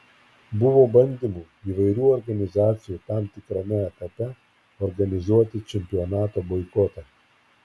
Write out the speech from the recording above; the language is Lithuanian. buvo bandymų įvairių organizacijų tam tikrame etape organizuoti čempionato boikotą